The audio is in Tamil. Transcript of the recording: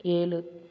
ஏழு